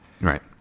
Right